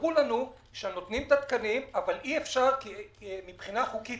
אמרו לנו שנותנים את התקנים אבל מכיוון שמבחינה חוקית